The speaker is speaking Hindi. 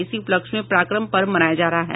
इसी उपलक्ष्य में पराक्रम पर्व मनाया जा रहा है